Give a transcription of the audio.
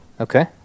Okay